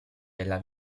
della